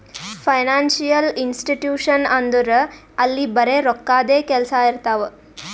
financial institution ಅಂದುರ್ ಅಲ್ಲಿ ಬರೆ ರೋಕ್ಕಾದೆ ಕೆಲ್ಸಾ ಇರ್ತಾವ